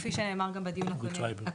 כפי שנאמר גם בדיון הקודם,